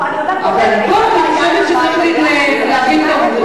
אבל פה אני חושבת שצריך להבין את העובדות.